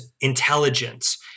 intelligence